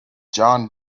jon